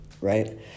right